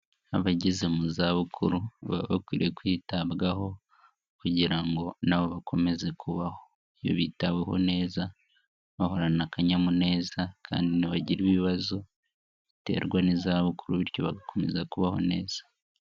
Abageze mu zabukuru baba bakwiye kwitabwaho kugira ngo na bo bakomeze kubaho. Iyo bitabeho neza, bahorana akanyamuneza kandi ntibagire ibibazo biterwa n'izabukuru bityo bagakomeza kubaho neza.